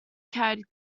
carried